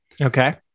Okay